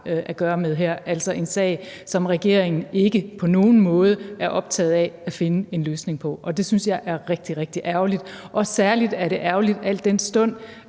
at gøre med her – altså en sag, som regeringen ikke på nogen måde er optaget af at finde en løsning på. Det synes jeg er rigtig, rigtig ærgerligt, og særlig er det ærgerligt, al den stund